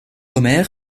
omer